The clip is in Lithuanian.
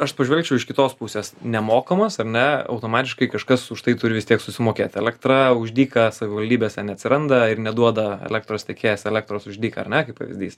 aš pažvelgčiau iš kitos pusės nemokamas ar ne automatiškai kažkas už tai turi vis tiek susimokėti elektra už dyką savivaldybėse neatsiranda ir neduoda elektros tiekėjas elektros už dyką ar ne kaip pavyzdys